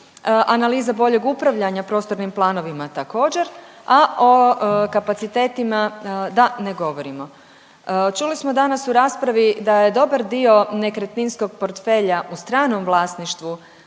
analiza boljeg upravljanja prostornim planovima također, a o kapacitetima da ne govorimo. Čuli smo danas u raspravi da je dobar dio nekretninskog portfelja u stranom vlasništvu